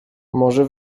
może